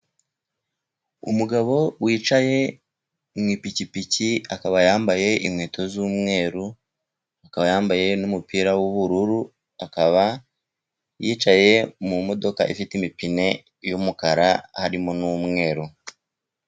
Umugabo wicaye mu ipikipiki, akaba yambaye inkweto z'umweru, akaba yambaye n'umupira w'ubururu, akaba yicaye mu modoka ifite imipine y'umukara harimo n'umweru.